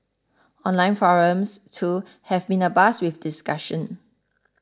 online forums too have been abuzz with discussion